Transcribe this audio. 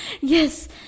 Yes